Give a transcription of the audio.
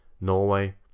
Norway